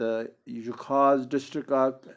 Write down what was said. تہٕ یُہ خاص ڈِسٹِرٛک اَکھ